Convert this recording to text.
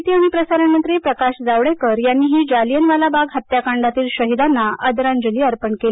माहिती आणि प्रसारण मंत्री प्रकाश जावडेकर यांनीही जालियानवाला बाग हत्याकांडातील शहीदांना आदरांजली अर्पण केली